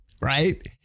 right